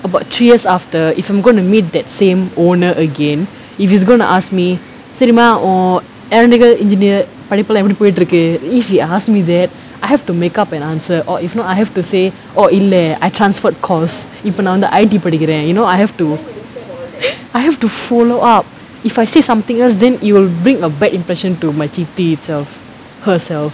about three years after if I'm going to meet that same owner again if he's gone to ask me சரிமா:sarimaa oh aeronautical engineer படிப்பெல்லா எப்டி போய்ட்டு இருக்கு:padipellaa epdi poyittu irukku if he ask me that I have to make up an answer or if not I have to say oh இல்ல:illa err I transferred course இப்ப நா வந்து:ippa naa vanthu I_T படிக்குற:padikkura you know I have to I have to follow up if I say something else then it will bring a bad impression too my chithi itself herself